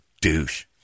douche